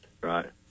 Right